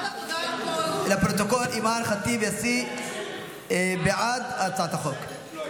אימאן ח'טיב יאסין בעד הצעת החוק.